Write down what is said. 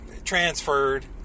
Transferred